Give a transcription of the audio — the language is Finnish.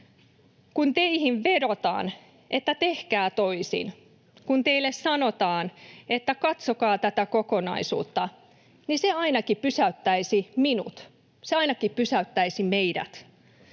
Kun teihin vedotaan, että tehkää toisin, ja kun teille sanotaan, että katsokaa tätä kokonaisuutta, niin se ainakin pysäyttäisi minut. Se ainakin pysäyttäisi meidät.